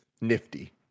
nifty